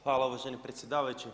Hvala uvaženi predsjedavajući.